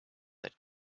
that